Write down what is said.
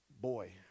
Boy